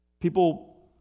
People